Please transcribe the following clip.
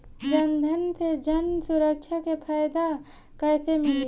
जनधन से जन सुरक्षा के फायदा कैसे मिली?